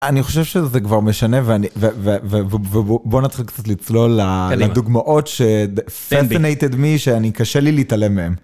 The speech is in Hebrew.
אני חושב שזה כבר משנה ובוא נתחיל קצת לצלול לדוגמאות שאני קשה לי להתעלם מהם.